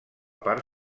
part